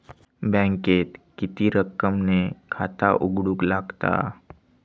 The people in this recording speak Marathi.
बँकेत किती रक्कम ने खाता उघडूक लागता?